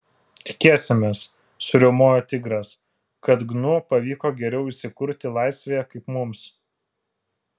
tikėsimės suriaumojo tigras kad gnu pavyko geriau įsikurti laisvėje kaip mums